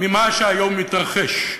ממה שהיום מתרחש,